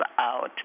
out